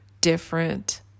different